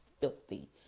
filthy